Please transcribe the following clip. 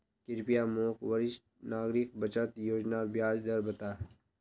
कृप्या मोक वरिष्ठ नागरिक बचत योज्नार ब्याज दर बता